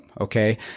okay